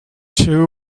two